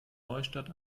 neustadt